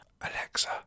alexa